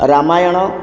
Ramayana